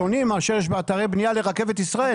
שונים ,מאשר יש באתרי בניה לרכבת ישראל?